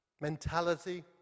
mentality